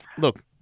look